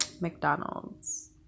McDonald's